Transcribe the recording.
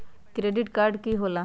Credit card की होला?